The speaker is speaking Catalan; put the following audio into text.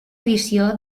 edició